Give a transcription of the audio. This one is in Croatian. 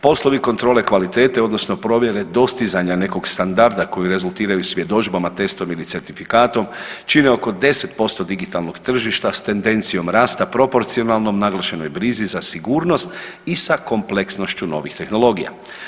Poslovi kontrole kvalitete odnosno provjere dostizanja nekog standarda koji rezultiraju svjedodžbama, testom ili certifikatom čine oko 10% digitalnog tržišta s tendencijom rasta proporcionalno naglašenoj brizi za sigurnost i sa kompleksnošću novih tehnologija.